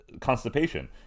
constipation